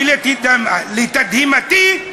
ולתדהמתי,